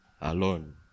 alone